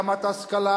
זה רמת ההשכלה,